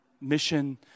mission